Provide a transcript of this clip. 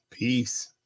Peace